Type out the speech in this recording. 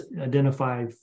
identify